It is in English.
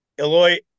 Eloy